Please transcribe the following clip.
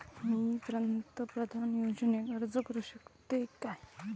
मी पंतप्रधान योजनेक अर्ज करू शकतय काय?